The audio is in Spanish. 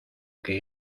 que